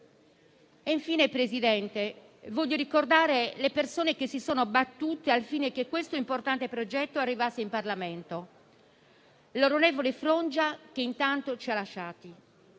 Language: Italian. signor Presidente, voglio ricordare le persone che si sono battute affinché questo importante progetto arrivasse in Parlamento, come l'onorevole Frongia, che intanto ci ha lasciati